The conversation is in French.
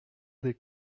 des